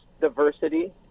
diversity